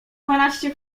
dwanaście